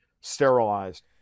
sterilized